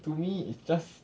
to me it's just